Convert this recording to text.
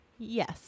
Yes